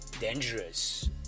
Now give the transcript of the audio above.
dangerous